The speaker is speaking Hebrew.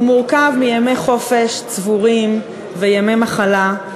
הוא מורכב מימי חופש צבורים וימי מחלה,